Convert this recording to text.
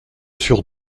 sur